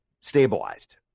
stabilized